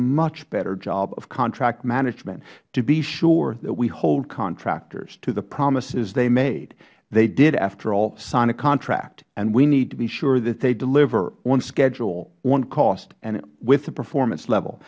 much better job of contract management to be sure that we hold contractors to the promises they made they did after all sign a contract and we need to be sure that they deliver on schedule on cost and with the performance level